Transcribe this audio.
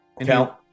Count